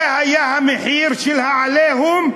זה היה המחיר של ה"עליהום"